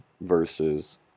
versus